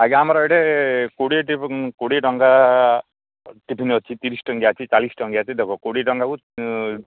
ଆଜ୍ଞା ଆମର ଏଠି କୋଡ଼ିଏଟି କୋଡ଼ିଏ ଟଙ୍କା ଟିଫିନ୍ ଅଛି ତିରିଶ ଟଙ୍କିଆ ଅଛି ଚାଳିଶ ଟଙ୍କିଆ ଅଛି ଦେଖ କୋଡ଼ିଏ ଟଙ୍କାକୁ